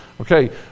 Okay